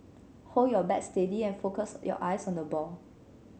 hold your bat steady and focus your eyes on the ball